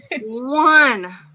one